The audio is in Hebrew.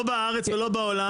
לא בארץ ולא בעולם,